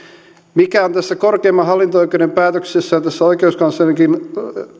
mikä on tässä korkeimman hallinto oikeuden päätöksessä ja tässä oikeuskanslerinkin